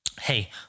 Hey